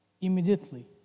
immediately